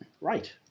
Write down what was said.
right